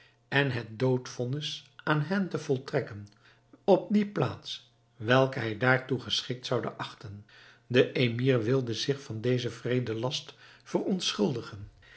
en het doodvonnis aan hen te voltrekken op die plaats welke hij daartoe geschikt zoude achten de emir wilde zich van dezen wreeden last